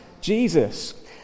Jesus